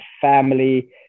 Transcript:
family